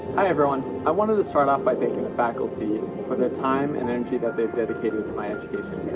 hi, everyone. i wanted to start off by thanking the faculty for the time and energy that they've dedicated to my education